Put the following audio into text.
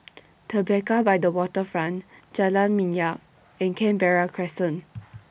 Tribeca By The Waterfront Jalan Minyak and Canberra Crescent